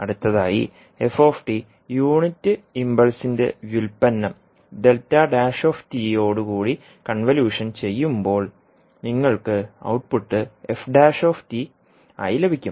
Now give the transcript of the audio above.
അടുത്തതായി യൂണിറ്റ് ഇംപൾസിന്റെ വ്യുൽപ്പന്നം യോട് കൂടി കൺവല്യൂഷൻ ചെയ്യുമ്പോൾ നിങ്ങൾക്ക് ഔട്ട്പുട്ട് ആയി ലഭിക്കും